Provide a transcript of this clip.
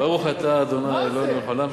מה זה, מה זה?